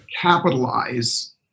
capitalize